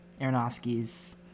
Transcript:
aronofsky's